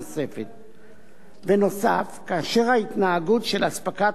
כאשר ההתנהגות של אספקת חומר תועבה לקטין ושל